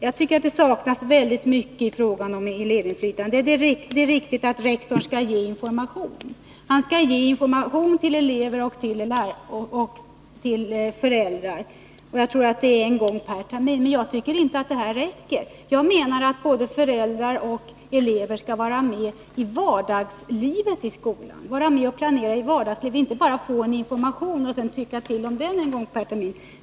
Jag tycker att det saknas väldigt mycket i det sammanhanget. Det är riktigt att rektorn skall ge information till elever och föräldrar — jag tror att det är en gång per termin. Jag tycker inte att det räcker. Jag menar att föräldrar och elever skall vara med och planera i vardagslivet i skolan, inte bara få information och tycka till om den en gång per termin.